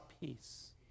peace